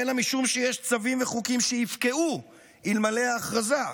אלא משום שיש צווים וחוקים שיפקעו אלמלא ההכרזה,